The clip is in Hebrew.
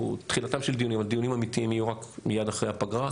תחילתם של דיונים אבל דיונים אמיתיים יהיו מייד אחרי הפגרה.